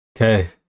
Okay